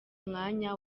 mwanya